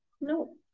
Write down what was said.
No